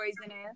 poisonous